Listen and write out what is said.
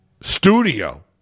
studio